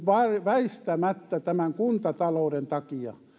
väistämättä kuntatalouden takia